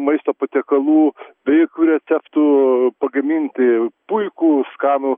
maisto patiekalų be jokių pagaminti puikų skanų